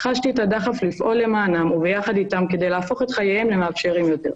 חשתי את הדחף לפעול למענם וביחד איתם כדי להפוך את חייהם למאפשרים יותר.